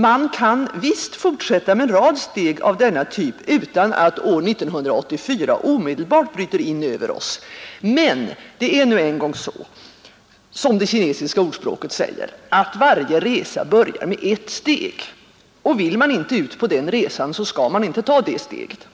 Man kan visst fortsätta med en rad steg av denna typ utan att 1984 omedelbart bryter in över oss. Men det är nu en gång så, som det kinesiska ordspråket säger, att varje resa börjar med ett steg, och vill man inte ut på den resan, skall man inte ta det steget.